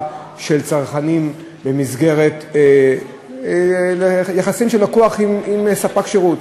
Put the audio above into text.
של צרכנים במסגרת יחסים של לקוח עם ספק שירות.